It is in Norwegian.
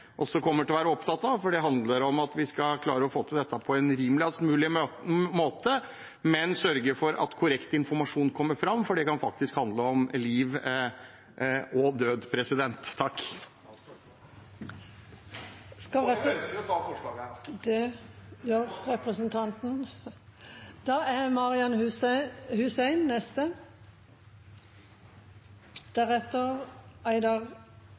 også kommer til å være opptatt av, for det handler om at vi skal klare å få til dette på en rimeligst mulig måte, men sørger for at korrekt informasjon kommer fram, for det kan faktisk handle om liv og død. Jeg ønsker å ta opp forslaget til Fremskrittspartiet. Representanten